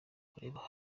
kureba